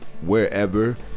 wherever